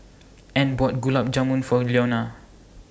Ann bought Gulab Jamun For Leonia